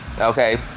okay